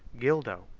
gildo,